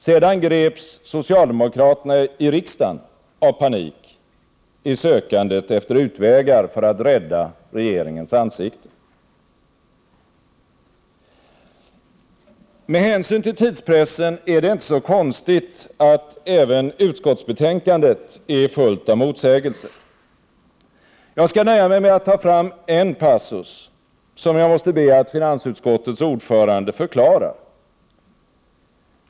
Sedan greps socialdemokraterna i riksdagen av panik i sökandet efter utvägar för att rädda regeringens ansikte. Med hänsyn till tidspressen är det inte så konstigt att även utskottsbetänkandet är fullt av motsägelser. Jag skall nöja mig med att ta fram en passus, som jag måste be att finansutskottets ordförande förklarar.